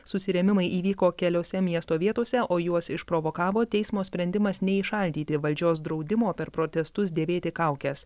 susirėmimai įvyko keliose miesto vietose o juos išprovokavo teismo sprendimas neįšaldyti valdžios draudimo per protestus dėvėti kaukes